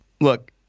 look